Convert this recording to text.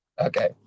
Okay